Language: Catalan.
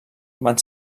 van